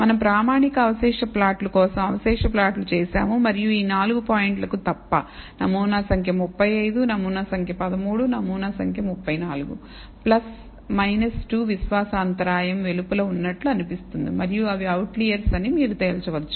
మనం ప్రామాణిక అవశేష ప్లాట్లు కోసం అవశేష ప్లాట్లు చేస్తాము మరియు ఈ 4 పాయింట్లు కు తప్ప నమూనా సంఖ్య 35 నమూనా సంఖ్య 13 నమూనా సంఖ్య 34 2 విశ్వాస అంతరాయం వెలుపల ఉన్నట్లు అనిపిస్తుంది మరియు అవి అవుట్లీయర్ అని మీరు తేల్చవచ్చు